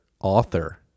author